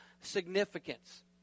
significance